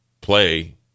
play –